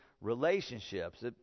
relationships